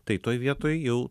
tai toj vietoj jau